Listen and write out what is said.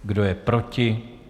Kdo je proti?